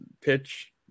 pitch